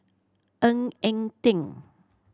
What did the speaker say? Ng Eng Teng